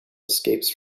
escapes